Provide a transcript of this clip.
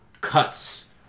cuts